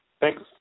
Thanks